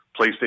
PlayStation